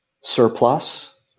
surplus